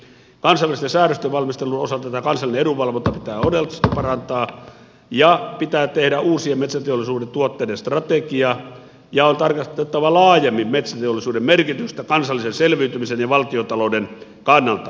kansallisten säädösten valmistelun osalta tätä kansallista edunvalvontaa pitää oleellisesti parantaa ja pitää tehdä uusien metsäteollisuuden tuotteiden strategia ja on tarkasteltava laajemmin metsäteollisuuden merkitystä kansallisen selviytymisen ja valtiontalouden kannalta